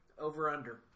Over-under